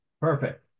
perfect